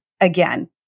again